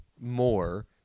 more